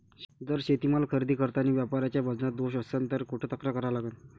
जर शेतीमाल खरेदी करतांनी व्यापाऱ्याच्या वजनात दोष असन त कुठ तक्रार करा लागन?